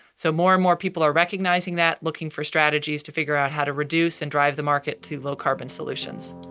so more and more people are recognizing that, looking for strategies to figure out how to reduce and drive the market to low carbon solutions